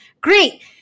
Great